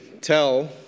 tell